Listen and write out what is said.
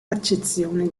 accezione